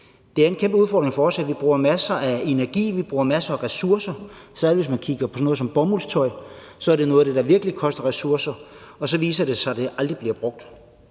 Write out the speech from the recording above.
Det er en kæmpe udfordring for os, at vi bruger masser af energi, vi bruger masser af ressourcer. Særlig hvis man tager sådan noget som bomuldstøj, er det noget af det, der virkelig koster ressourcer, og så viser det sig, at det aldrig bliver brugt.